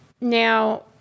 now